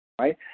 right